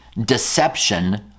deception